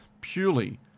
purely